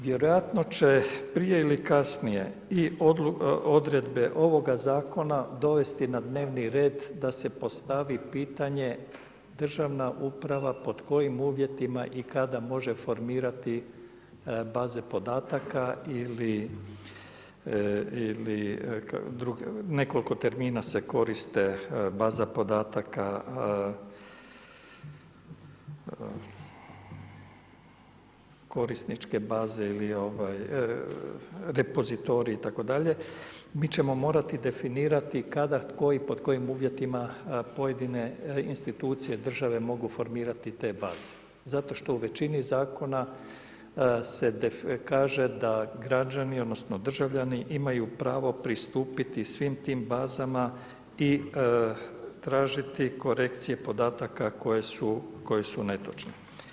Vjerojatno će prije ili kasnije i odredbe ovoga zakona dovesti na dnevni red da se postavi pitanje državne uprave, pod kojim uvjetima i kada može formirati baze podataka, nekoliko termina se koriste, baza podataka, korisničke baze ili repozitorij itd., mi ćemo morati definirati kada koji, pod kojim uvjetima pojedine institucije države mogu formirati te baze zato što u većini zakona se kaže da građani odnosno državljani imaju pravo pristupiti svim tim bazama i tražiti korekcije podataka koje su netočne.